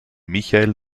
michael